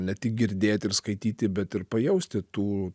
ne tik girdėti ir skaityti bet ir pajausti tų